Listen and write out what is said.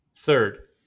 Third